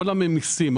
הממיסים.